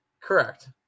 Correct